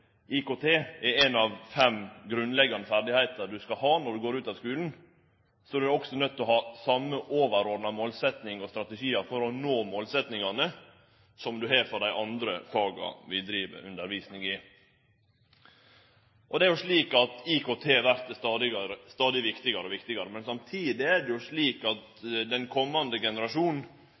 IKT er ein av fem grunnleggjande ferdigheiter du skal ha når du går ut av skulen, er du også nøydd til å ha dei same overordna målsetjingane og strategiane for å nå målsetjingane som ein har for dei andre faga vi driv undervisning i. Det er jo slik at IKT vert stadig viktigare, men samtidig er det jo slik at den kommande generasjonen